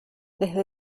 desde